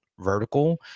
vertical